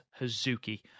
Hazuki